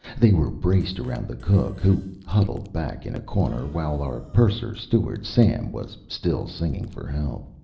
they were braced around the cook, who huddled back in a corner, while our purser-steward, sam, was still singing for help.